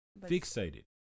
Fixated